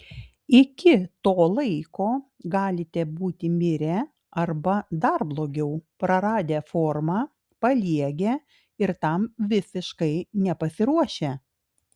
iki to laiko galite būti mirę arba dar blogiau praradę formą paliegę ir tam visiškai nepasiruošę